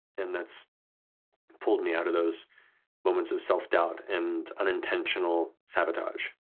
and that's pulled me out of those moments of self doubt and unintentional sabotage.